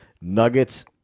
Nuggets